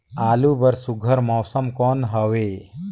आलू बर सुघ्घर मौसम कौन हवे?